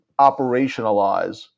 operationalize